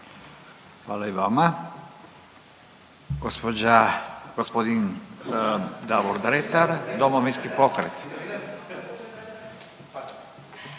Hvala i vama. Gospođa, gospodin Davor Dretar Domovinski pokret.